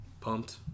Pumped